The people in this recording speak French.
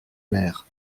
maires